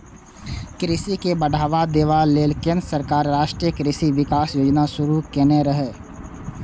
कृषि के बढ़ावा देबा लेल केंद्र सरकार राष्ट्रीय कृषि विकास योजना शुरू केने रहै